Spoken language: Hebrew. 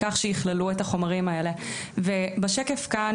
כך שייכללו את החומרים האלה ובשקף כאן